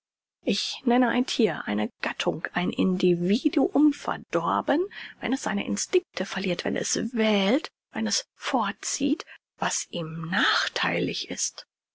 ich nenne ein thier eine gattung ein individuum verdorben wenn es seine instinkte verliert wenn es wählt wenn es vorzieht was ihm nachtheilig ist